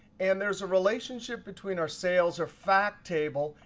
and there's a relationship between our sales, or fact, table,